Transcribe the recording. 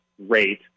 Rate